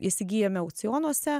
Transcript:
įsigyjame aukcionuose